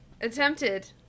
attempted